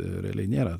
realiai nėra